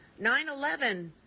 9-11